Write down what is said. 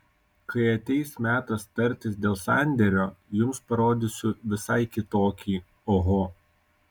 kai ateis metas tartis dėl sandėrio jums parodysiu visai kitokį oho